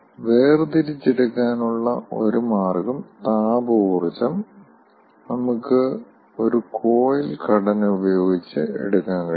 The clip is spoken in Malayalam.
വേർതിരിച്ചെടുക്കാനുള്ള ഒരു മാർഗ്ഗം താപ ഊർജ്ജം നമുക്ക് ഒരു കോയിൽ ഘടന ഉപയോഗിച്ച് എടുക്കാൻ കഴിയും